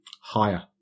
Higher